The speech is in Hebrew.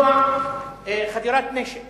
לשחרר את אנשיה